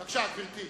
בבקשה, גברתי.